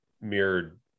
mirrored